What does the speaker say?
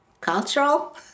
cultural